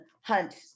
hunt